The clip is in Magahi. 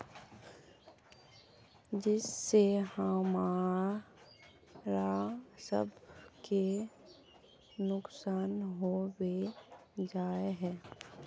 जिस से हमरा सब के नुकसान होबे जाय है?